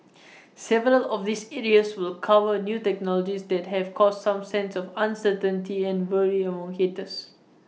several of these areas will cover new technologies that have caused some sense of uncertainty and worry among hitters